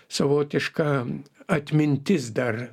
savotiška atmintis dar